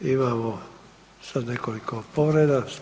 Imamo sad nekoliko povreda.